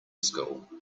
school